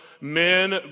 men